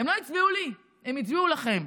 הם לא הצביעו לי, הם הצביעו לכם.